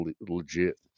legit